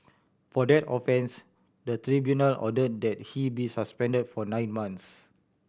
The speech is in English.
for that offence the tribunal ordered that he be suspended for nine months